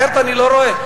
אחרת אני לא רואה,